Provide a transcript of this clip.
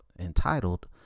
entitled